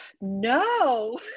No